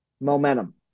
Momentum